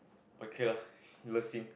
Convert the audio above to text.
okay lah Le Xing